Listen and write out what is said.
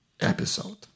episode